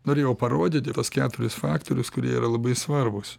norėjau parodyti tuos keturis faktorius kurie yra labai svarbūs